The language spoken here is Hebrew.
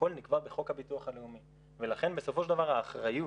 הכול נקבע בחוק הביטוח הלאומי ולכן בסופו של דבר האחריות